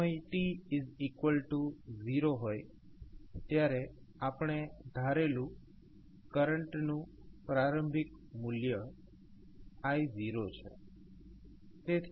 સમય t0 હોય ત્યારે આપણે ધારેલું કરંટ નું પ્રારંભિક મૂલ્ય I0છે